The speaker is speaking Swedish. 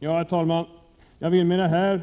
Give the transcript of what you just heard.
Herr talman! Med det anförda